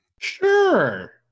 Sure